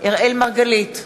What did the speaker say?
אראל מרגלית,